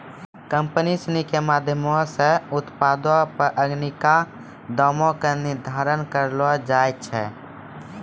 company सिनी के माधयमो से उत्पादो पे अखिनका दामो के निर्धारण करलो जाय छै